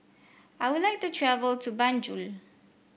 I would like to travel to Banjul